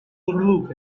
look